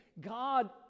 God